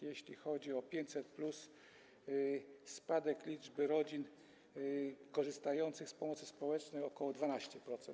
Jeśli chodzi o 500+, spadek liczby rodzin korzystających z pomocy społecznej wyniósł ok. 12%.